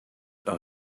our